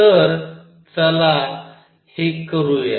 तर चला हे करूया